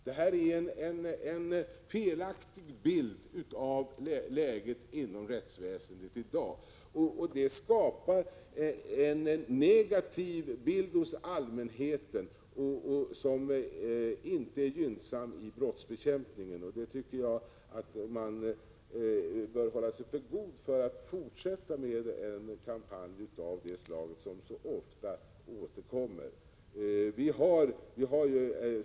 Det är en felaktig bild av läget inom rättsväsendet och det skapar en negativ bild hos allmänheten som inte är gynnsam i brottsbekämpningen. Jag tycker man bör hålla sig för god för att fortsätta en kampanj av det slag som så ofta återkommer.